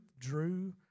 Drew